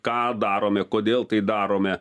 ką darome kodėl tai darome